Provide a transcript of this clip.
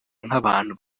nk’abantu